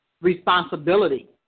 responsibility